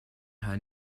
her